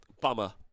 bummer